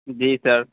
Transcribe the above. جی سر